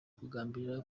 kugambirira